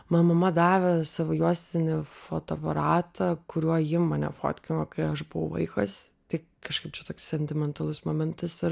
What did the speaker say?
man mama davė savo juostinį fotoaparatą kuriuo ji mane fotkino kai aš buvau vaikas tai kažkaip čia toks sentimentalus momentas ir